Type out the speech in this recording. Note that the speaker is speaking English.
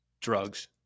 drugs